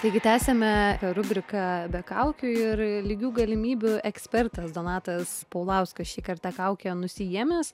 taigi tęsiame rubriką be kaukių ir lygių galimybių ekspertas donatas paulauskas šį kartą kaukę nusiėmęs